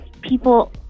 people